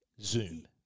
Zoom